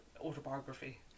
autobiography